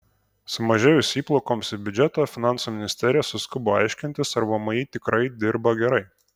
sumažėjus įplaukoms į biudžetą finansų ministerija suskubo aiškintis ar vmi dirba tikrai gerai